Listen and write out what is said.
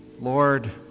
Lord